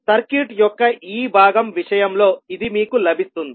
circuit యొక్క ఈ భాగం విషయంలో ఇది మీకు లభిస్తుంది